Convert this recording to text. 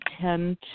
tend